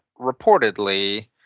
reportedly